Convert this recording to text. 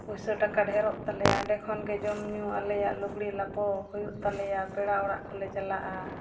ᱯᱩᱭᱥᱟᱹᱼᱴᱟᱠᱟ ᱰᱷᱮᱨᱚᱜ ᱛᱟᱞᱮᱭᱟ ᱚᱸᱰᱮ ᱠᱷᱚᱱ ᱜᱮ ᱡᱚᱢᱼᱧᱩ ᱟᱞᱮᱭᱟᱜ ᱞᱩᱜᱽᱲᱤᱼᱞᱟᱯᱚ ᱦᱩᱭᱩᱜ ᱛᱟᱞᱮᱭᱟ ᱯᱮᱲᱟ ᱚᱲᱟᱜ ᱠᱚᱞᱮ ᱪᱟᱞᱟᱜᱼᱟ